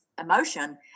emotion